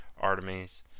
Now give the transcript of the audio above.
Artemis